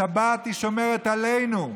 השבת שומרת עלינו.